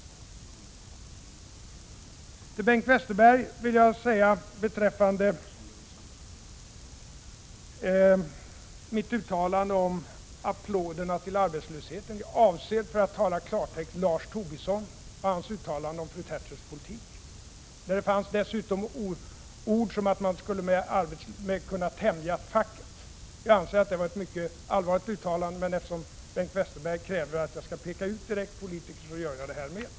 Till Bengt Westerberg vill jag beträffande mitt uttalande om applåderna till arbetslösheten säga: Jag avser, för att tala klartext, Lars Tobisson och hans uttalande om fru Thatchers politik. Där fanns dessutom ord som att man skulle kunna tämja facket. Jag anser att det var ett mycket allvarligt uttalande. Eftersom Bengt Westerberg krävde att jag direkt skulle peka ut berörd politiker, gör jag det.